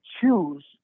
choose